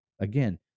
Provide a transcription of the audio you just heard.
Again